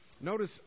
Notice